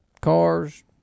cars